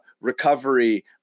recovery